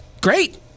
Great